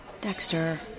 Dexter